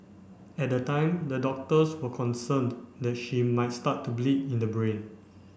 at the time the doctors were concerned that she might start to bleed in the brain